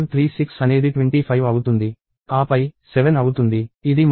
65536 అనేది 25 అవుతుంది ఆపై 7 అవుతుంది ఇది మళ్ళీ మంచిది